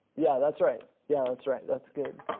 yeah that's right, yeah, that's right, that's good.